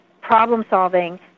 problem-solving